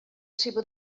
seva